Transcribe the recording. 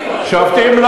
שופטים,